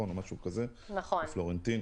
בפלורנטין.